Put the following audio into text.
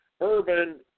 urban